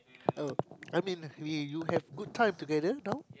oh I mean we you have good time together now